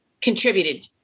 contributed